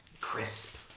crisp